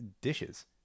dishes